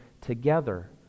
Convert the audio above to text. together